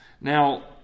Now